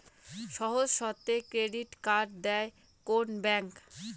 সহজ শর্তে credit card দেয় কোন ব্যাংক?